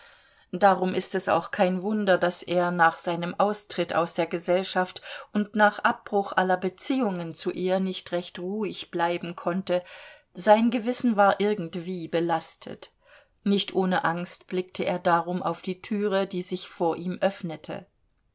darum ist es auch kein wunder daß er nach seinem austritt aus der gesellschaft und nach abbruch aller beziehungen zu ihr nicht recht ruhig bleiben konnte sein gewissen war irgendwie belastet nicht ohne angst blickte er darum auf die türe die sich vor ihm öffnete